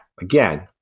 again